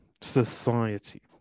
society